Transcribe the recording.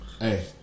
Hey